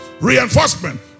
reinforcement